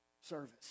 service